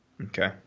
Okay